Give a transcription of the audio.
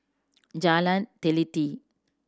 Jalan Teliti